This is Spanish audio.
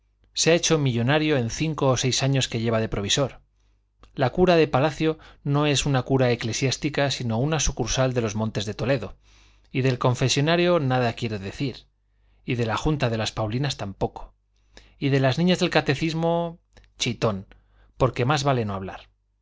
se ha hecho millonario en cinco o seis años que lleva de provisor la curia de palacio no es una curia eclesiástica sino una sucursal de los montes de toledo y del confesonario nada quiero decir y de la junta de las paulinas tampoco y de las niñas del catecismo chitón porque más vale no hablar